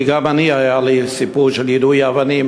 כי גם אני היה לי סיפור של יידויי אבנים